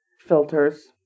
filters